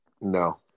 No